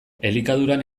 elikaduran